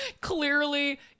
clearly